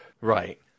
right